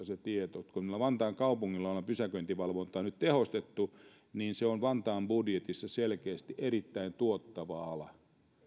se tieto että kun vantaan kaupungilla on pysäköintivalvontaa nyt tehostettu niin se on vantaan budjetissa selkeästi erittäin tuottava ala